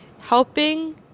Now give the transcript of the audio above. Helping